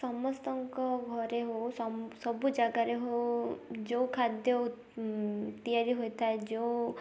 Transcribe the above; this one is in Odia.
ସମସ୍ତଙ୍କ ଘରେ ହଉ ସବୁ ଜାଗାରେ ହଉ ଯେଉଁ ଖାଦ୍ୟ ତିଆରି ହୋଇଥାଏ ଯେଉଁ